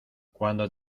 cuando